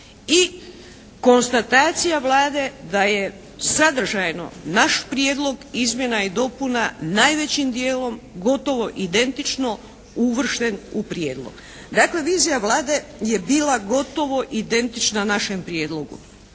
i konstatacija Vlade da je sadržajno naš Prijedlog izmjena i dopuna najvećim dijelom gotovo identično uvršten u prijedlog. Dakle vizija Vlade je bila gotovo identična našem prijedlogu.